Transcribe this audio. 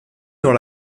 dans